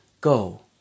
go